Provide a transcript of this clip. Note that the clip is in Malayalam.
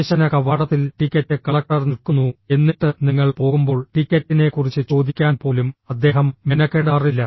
പ്രവേശന കവാടത്തിൽ ടിക്കറ്റ് കളക്ടർ നിൽക്കുന്നു എന്നിട്ട് നിങ്ങൾ പോകുമ്പോൾ ടിക്കറ്റിനെക്കുറിച്ച് ചോദിക്കാൻ പോലും അദ്ദേഹം മെനക്കെടാറില്ല